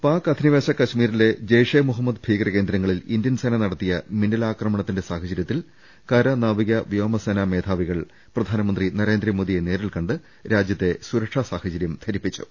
പാക് അധിനിവേശം കശ്മീരിലെ ജെയ്ഷേ മുഹമ്മദ് ഭീകര കേന്ദ്ര ങ്ങളിൽ ഇന്ത്യൻ സേന നടത്തിയ മിന്നലാക്രമണത്തിന്റെ സാഹച രൃത്തിൽ കര നാവിക വ്യോമ സേനാ മേധാവികൾ പ്രധാനമന്ത്രി നരേന്ദ്രമോദിയെ നേരിൽ കണ്ട് രാജ്യത്തെ സ്വുരക്ഷാ സാഹചര്യം ധരിപ്പിച്ചു